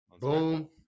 boom